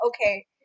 okay